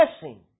blessing